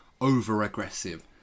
over-aggressive